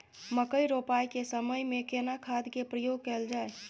मकई रोपाई के समय में केना खाद के प्रयोग कैल जाय?